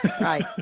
Right